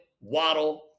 Waddle